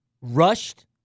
rushed